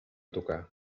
tocar